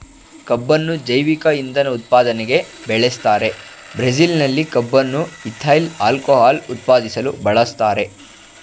ಕಬ್ಬುನ್ನು ಜೈವಿಕ ಇಂಧನ ಉತ್ಪಾದನೆಗೆ ಬೆಳೆಸ್ತಾರೆ ಬ್ರೆಜಿಲ್ನಲ್ಲಿ ಕಬ್ಬನ್ನು ಈಥೈಲ್ ಆಲ್ಕೋಹಾಲ್ ಉತ್ಪಾದಿಸಲು ಬಳಸ್ತಾರೆ